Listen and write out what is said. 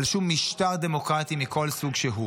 על שום משטר דמוקרטי מכל סוג שהוא.